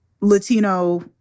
Latino